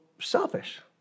selfish